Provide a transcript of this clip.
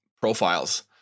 profiles